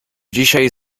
dzisiaj